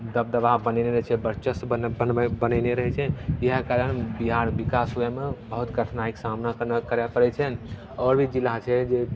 दबदबा बनयने रहै छै वर्चस्व बन बनबै बनयने रहै छै इएह कारण बिहार विकास होयमे बहुत कठिनाइके सामना करय पड़े छनि आओर भी जिला छै जे